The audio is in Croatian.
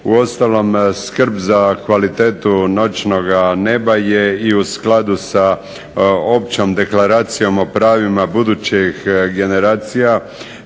Uostalom, skrb za kvalitetu noćnoga neba je i u skladu sa općom Deklaracijom sa pravima budućih generacija